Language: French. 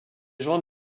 joints